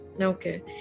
Okay